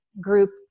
group